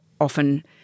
often